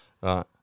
Right